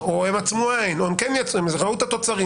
או הם עצמו עין או הם כן ראו את התוצרים,